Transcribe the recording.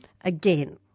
again